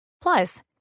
Plus